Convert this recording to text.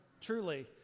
truly